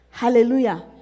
Hallelujah